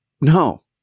No